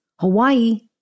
Hawaii